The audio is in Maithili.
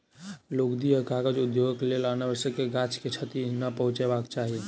लुगदी आ कागज उद्योगक लेल अनावश्यक गाछ के क्षति नै पहुँचयबाक चाही